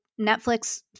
Netflix